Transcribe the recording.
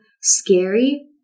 scary